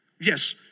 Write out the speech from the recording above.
Yes